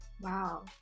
Wow